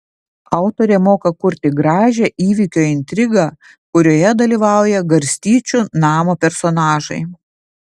autorė moka kurti gražią įvykio intrigą kurioje dalyvauja garstyčių namo personažai